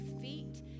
feet